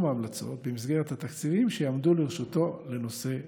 ההמלצות במסגרת התקציבים שיעמדו לרשותו לנושא זה.